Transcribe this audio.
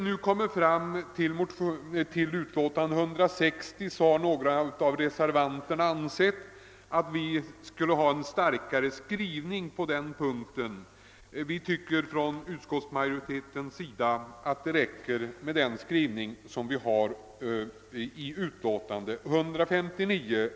Några reservanter i nu förevarande utlåtande har ansett att utskottet borde ha gjort en starkare skrivning i det fallet, men vi i utskottets majoritet har ansett att det räcker med skrivningen i statsutskottets utlåtande nr 159.